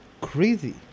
Crazy